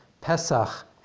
Pesach